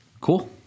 cool